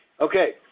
Okay